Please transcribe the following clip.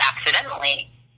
accidentally